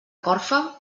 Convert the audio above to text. corfa